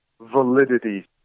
validity